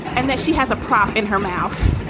and then she has a prop in her mouth.